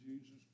Jesus